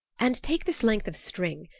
and take this length of string.